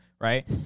right